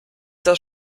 das